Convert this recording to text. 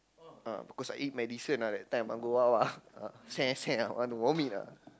uh because I eat medicine ah that time go out ah I want to vomit ah